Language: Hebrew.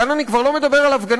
כאן אני כבר לא מדבר על הפגנה,